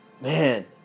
man